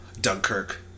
Dunkirk